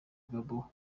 gbagbo